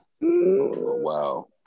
Wow